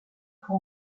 pour